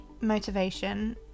motivation